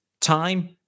time